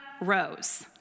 Rose